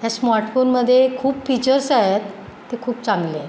ह्या स्मार्टफोनमध्ये खूप फीचर्स आहेत ते खूप चांगले आहे